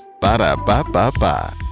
Ba-da-ba-ba-ba